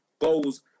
goals